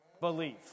belief